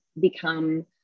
become